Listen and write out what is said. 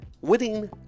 winning